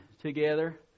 together